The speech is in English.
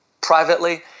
privately